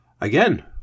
Again